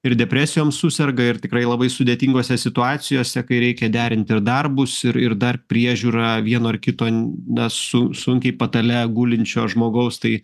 ir depresijom suserga ir tikrai labai sudėtingose situacijose kai reikia derint ir darbus ir dar priežiūrą vieno ar kito su sunkiai patale gulinčio žmogaus tai